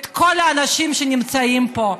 את כל האנשים שנמצאים פה,